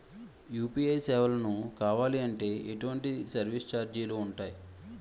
UPI సేవలను కావాలి అంటే ఎటువంటి సర్విస్ ఛార్జీలు ఉంటాయి?